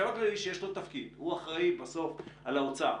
לחשב הכללי יש תפקיד, בסוף הוא אחראי על האוצר.